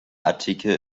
artikel